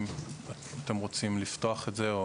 אם אתם רוצים לפתוח את זה.